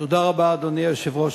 אדוני היושב-ראש,